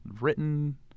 written